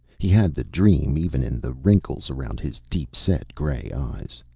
he had the dream even in the wrinkles around his deep-set gray eyes.